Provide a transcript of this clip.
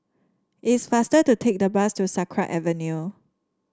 it is faster to take the bus to Sakra Avenue